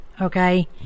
okay